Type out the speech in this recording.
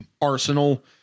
arsenal